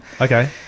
Okay